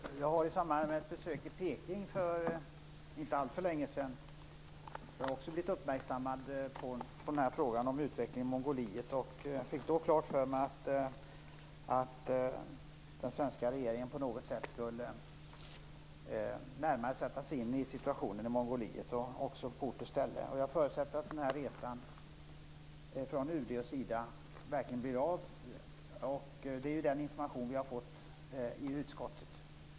Fru talman! Jag har i samband med ett besök i Peking för inte alltför längesedan också blivit uppmärksammad på frågan om utvecklingen i Mongoliet. Jag fick då klart för mig att den svenska regeringen på något sätt - och på ort och ställe - närmare skulle sätta sig in i situationen i Mongoliet. Jag förutsätter att UD:s och Sidas resa verkligen blir av. Det är ju den information som vi har fått i utskottet.